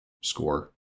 score